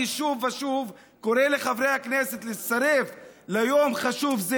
אני שוב ושוב קורא לחברי הכנסת להצטרף ליום חשוב זה.